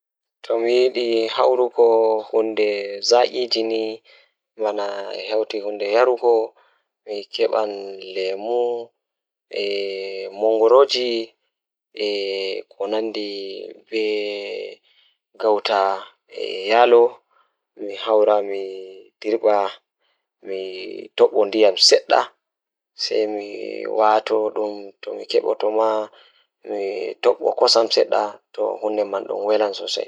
So mi waɗi aɗa toyta ko feewi koñal, jawdi, walla worɓe ngoo hite jooni, mi waɗa toyta worɓe. Worɓe ɗoo njamni waɗi rewɓe njari naange waɗa moƴƴi e nguurii kaɗe. Tumaade mi toyta worɓe, mi feƴƴa laawol rewɓe ɗum waɗa haɗɗii ɗimɓe nguurii ɗe waɗa waɗa waɗi baawol wuro.